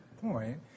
point